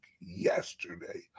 yesterday